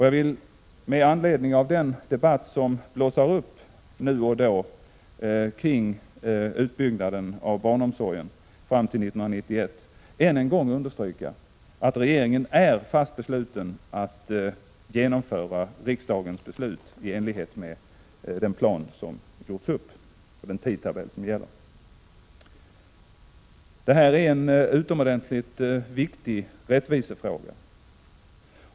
Jag vill med anledning av den debatt som blossar upp nu och då kring utbyggnaden av barnomsorgen fram till 1991 än en gång understryka att regeringen är fast besluten att genomföra riksdagens beslut i enlighet med den plan som gjorts upp och den tidtabell som gäller. Det här är en utomordentligt viktig rättvisefråga.